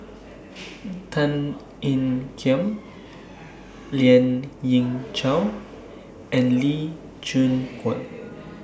Tan Ean Kiam Lien Ying Chow and Lee Choon Guan